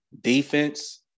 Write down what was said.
defense